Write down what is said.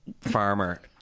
farmer